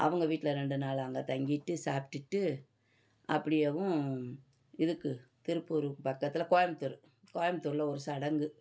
அவங்க வீட்டில் ரெண்டு நாள் அங்கே தங்கிவிட்டு சாப்பிட்டுட்டு அப்படியேவும் இதுக்கு திருப்பூருக்கு பக்கத்தில் கோயம்புத்தூர் கோயம்புத்தூரில் ஒரு சடங்கு